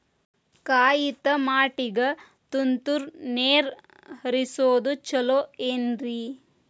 ಕಾಯಿತಮಾಟಿಗ ತುಂತುರ್ ನೇರ್ ಹರಿಸೋದು ಛಲೋ ಏನ್ರಿ?